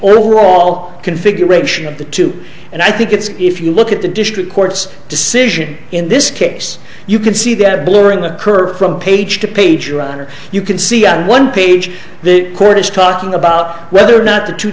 overall configuration of the two and i think it's if you look at the district court's decision in this case you can see that blurring occur from page to page or on or you can see on one page the court is talking about whether or not the two